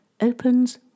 opens